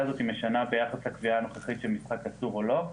הזאת משנה ביחס לקביעה הנוכחית של משחק אסור או לא.